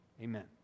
amen